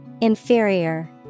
Inferior